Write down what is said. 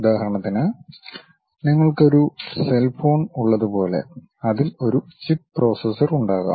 ഉദാഹരണത്തിന് നിങ്ങൾക്ക് ഒരു സെൽ ഫോൺ ഉള്ളതുപോലെ അതിൽ ഒരു ചിപ്പ് പ്രോസസർ ഉണ്ടാകാം